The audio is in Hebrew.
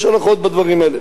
יש הלכות בדברים האלה,